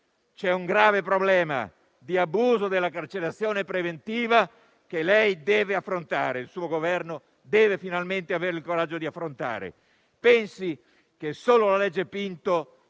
C'è un grave problema di abuso della carcerazione preventiva, che lei e il suo Governo dovete finalmente avere il coraggio di affrontare. Pensi che solo la cosiddetta